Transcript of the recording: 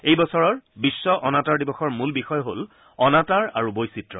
এই বছৰৰ বিশ্ব অনাতাঁৰ দিৱসৰ মূল বিষয় হল অনাতাঁৰ আৰু বৈচিত্ৰ্য